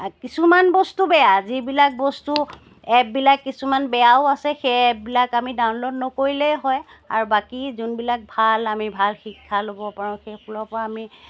কিছুমান বস্তু বেয়া যিবিলাক বস্তু এপবিলাক কিছুমান বেয়াও আছে সেই এপবিলাক আমি ডাউনল'ড নকৰিলেই হয় আৰু বাকী যোনবিলাক ভাল আমি ভাল শিক্ষা ল'ব পাৰো সেইবোৰৰ পৰা আমি